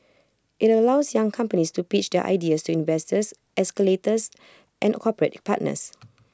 IT allows young companies to pitch their ideas so investors accelerators and corporate partners